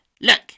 Look